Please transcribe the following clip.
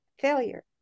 failure